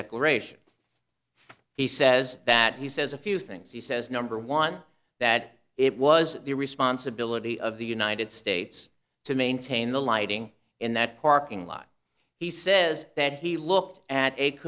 declaration he says that he says a few things he says number one that it was the responsibility of the united states to maintain the lighting in that parking lot he says that he looked at